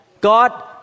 God